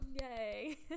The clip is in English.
yay